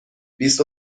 بیست